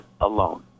alone